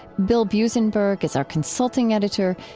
bill buzenberg is our consulting editor.